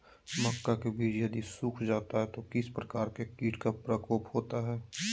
मक्का के बिज यदि सुख जाता है तो किस प्रकार के कीट का प्रकोप होता है?